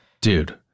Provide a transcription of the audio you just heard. Dude